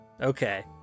Okay